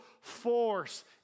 force